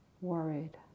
worried